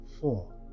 Four